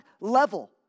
level